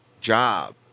job